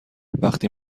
وقتی